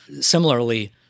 similarly